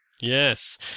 Yes